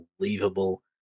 unbelievable